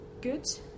good